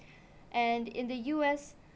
and in the U_S